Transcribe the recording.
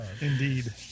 Indeed